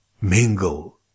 mingle